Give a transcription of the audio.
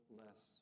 less